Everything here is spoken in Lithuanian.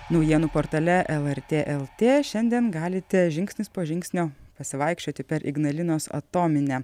naujienų portale lrt lt šiandien galite žingsnis po žingsnio pasivaikščioti per ignalinos atominę